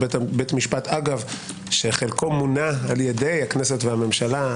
אגב שחלקו מונע על ידי הכנסת והממשלה,